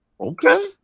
okay